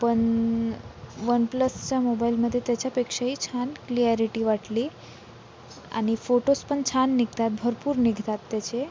पण वन प्लसच्या मोबाइलमध्ये त्याच्यापेक्षाही छान क्लियारिटी वाटली आणि फोटोज् पण छान निघतात भरपूर निघतात त्याचे